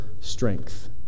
strength